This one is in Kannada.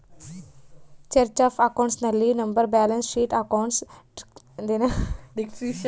ಚರ್ಟ್ ಅಫ್ ಅಕೌಂಟ್ಸ್ ನಲ್ಲಿ number, balance sheet, account description ನ ಮಾಹಿತಿ ಇರುತ್ತದೆ